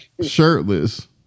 Shirtless